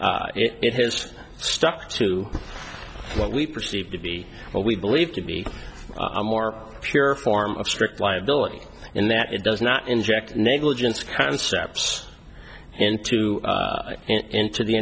it has stuck to what we perceive to be what we believe to be a more pure form of strict liability in that it does not inject negligence concepts into into the